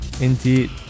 indeed